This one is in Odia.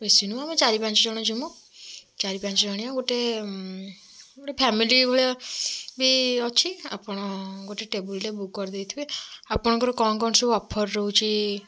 ବେଶୀ ନୁହେଁ ଆମେ ଚାରି ପାଞ୍ଚଜଣ ଯିମୁ ଚାରି ପାଞ୍ଚ ଜଣିଆ ଗୋଟେ ଗୋଟେ ଫ୍ୟାମିଲି ଭଳିଆ ବି ଅଛି ଆପଣ ଗୋଟେ ଟେବୁଲ୍ଟେ ବୁକ୍ କରିଦେଇଥିବେ ଆପଣଙ୍କର କଣ କଣ ସବୁ ଅଫର୍ ରହୁଛି